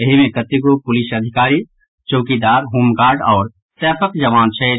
एहि मे कतेको पुलिस अधिकारी चौकीदार होमगार्ड आओर सैपक जवान छथि